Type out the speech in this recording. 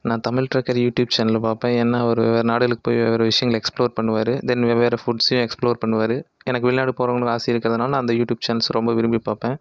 நான் Tamil trekker YouTube channel பார்ப்பேன் ஏன்னால் அவர் வெவ்வேறு நாடுகளுக்குப் போய் வெவ்வேற விஷயங்கள எக்ஸ்ப்ளோர் பண்ணுவார் தென் வெவ்வேறு ஃபுட்சையும் எக்ஸ்ப்ளோர் பண்ணுவார் எனக்கு வெளிநாடு போகிறோங்கற ஆசை இருக்கிறதனால நான் அந்த யூடியூப் சேனல்ஸ் ரொம்ப விரும்பி பார்ப்பேன்